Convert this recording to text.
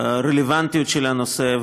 הרלוונטיות של הנושא,